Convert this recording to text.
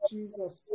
Jesus